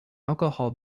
alcohol